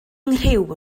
nghriw